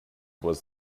was